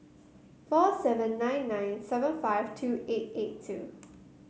four seven nine nine seven five two eight eight two